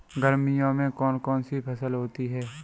गर्मियों में कौन कौन सी फसल होती है?